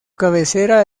cabecera